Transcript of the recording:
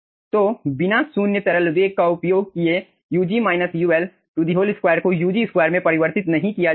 तो बिना शून्य तरल वेग का उपयोग किए 2 को ug2 में परिवर्तित नहीं किया जाएगा